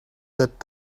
that